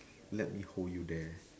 let me hold you there